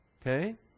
Okay